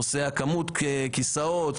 נושא כמות הכיסאות.